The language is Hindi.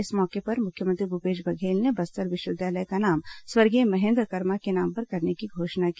इस मौके पर मुख्यमंत्री भूपेश बघेल ने बस्तर विश्वविद्यालय का नाम स्वर्गीय महेन्द्र कर्मा के नाम पर करने की घोषणा की